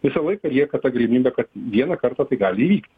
visą laiką lieka ta galimybė kad vieną kartą tai gali įvykti